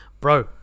Bro